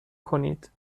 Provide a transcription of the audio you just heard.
کنید